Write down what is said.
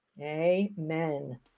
Amen